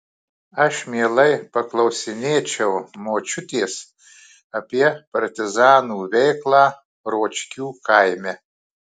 aš mielai paklausinėčiau močiutės apie partizanų veiklą ročkių kaime